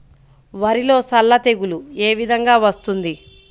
వరిలో సల్ల తెగులు ఏ విధంగా వస్తుంది?